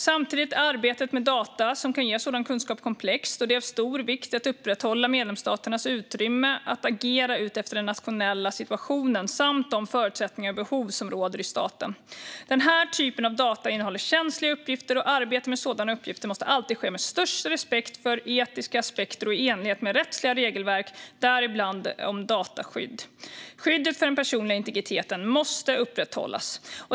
Samtidigt är arbetet med data som kan ge sådan kunskap komplext, och det är av stor vikt att upprätthålla medlemsstaternas utrymme att agera utifrån den nationella situationen samt de förutsättningar och behov som råder i staten. Den här typen av data innehåller känsliga uppgifter, och arbete med sådana uppgifter måste alltid ske med största respekt för etiska aspekter och i enlighet med rättsliga regelverk, däribland om dataskydd. Skyddet för den personliga integriteten måste upprätthållas.